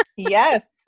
Yes